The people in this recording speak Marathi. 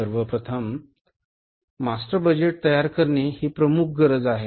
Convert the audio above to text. सर्वप्रथम मास्टर बजेट तयार करणे ही प्रमुख गरज आहे